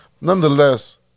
Nonetheless